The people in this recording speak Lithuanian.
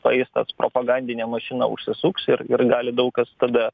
paeis tas propagandinė mašina užsisuks ir ir gali daug kas tada